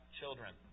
children